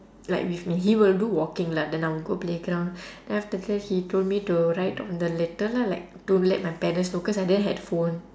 like with me he will do walking lah then I will go playground then after that he told me to write on the letter lah like to let my parents know cause I didn't had phone